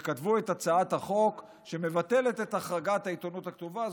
היא כתבה את הצעת החוק שמבטלת את החרגת העיתונות הכתובה.